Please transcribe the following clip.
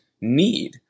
need